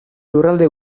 lurralde